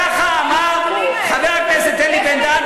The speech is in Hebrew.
כך אמר חבר הכנסת אלי בן-דהן,